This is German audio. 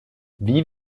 wie